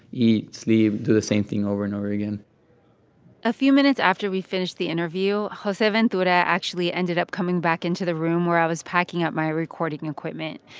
eat, sleep, do the same thing over and over again a few minutes after we finished the interview, joseventura actually ended up coming back into the room where i was packing up my recording equipment.